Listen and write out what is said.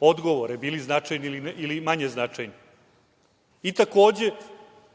odgovore, bili značajni ili manje značajni. Takođe,